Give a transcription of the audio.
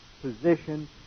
position